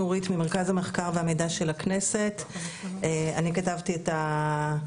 נורית ממרכז המחקר והמידע של הכנסת.